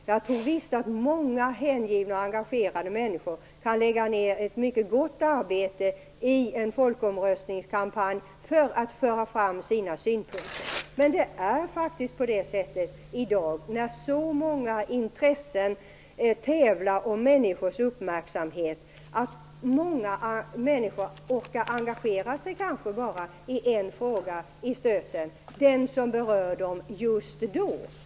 Jag tror visst att många hängivna och engagerade människor kan lägga ner ett mycket gott arbete i en folkomröstningskampanj för att föra fram sina synpunkter. I dag är det så många intressen som tävlar om människors uppmärksamhet, att många bara orkar engagera sig i en fråga i stöten, den fråga som berör dem just då.